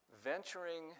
venturing